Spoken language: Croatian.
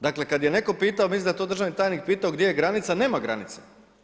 Dakle kada je neko pitao, mislim da je to državni tajnik pitao gdje je granica, nema granice.